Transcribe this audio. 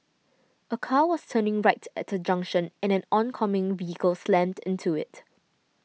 a car was turning right at a junction and an oncoming vehicle slammed into it